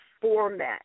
format